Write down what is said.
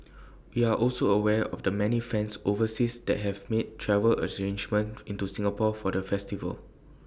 we are also aware of the many fans overseas that have made travel arrangements into Singapore for the festival